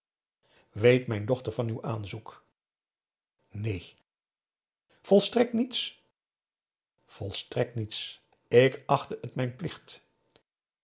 weet mijn dochter van uw aanzoek neen volstrekt niets volstrekt niets ik achtte het mijn plicht